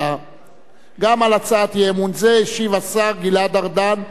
גם על הצעת אי-אמון זו השיב השר גלעד ארדן בשם הממשלה.